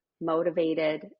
motivated